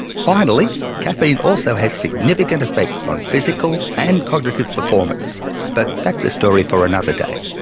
finally, caffeine also has significant effects on physical and cognitive performance but that's a story for another day.